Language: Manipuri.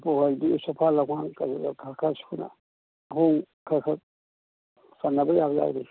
ꯁꯣꯐꯥ ꯂꯥꯐꯥꯡ ꯀꯩꯀꯩ ꯈꯔ ꯁꯨꯅ ꯈꯔ ꯈꯔ ꯆꯟꯅꯕ ꯌꯥꯕ ꯌꯥꯎꯔꯤ